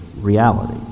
reality